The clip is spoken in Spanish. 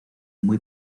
muy